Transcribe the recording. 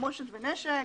לתחמושת ונשק,